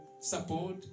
support